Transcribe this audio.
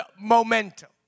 momentum